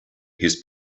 his